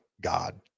God